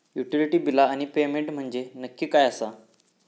Utility बिला आणि payment म्हंजे नक्की काय आसा?